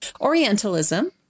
Orientalism